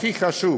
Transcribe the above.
הכי חשוב